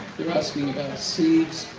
they're asking about seeds.